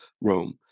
Rome